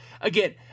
again